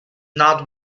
not